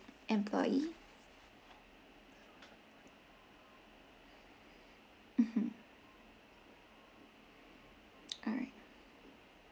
employee mmhmm alright